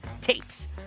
tapes